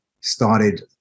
started